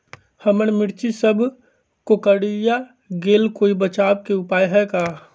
हमर मिर्ची सब कोकररिया गेल कोई बचाव के उपाय है का?